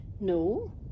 No